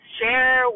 share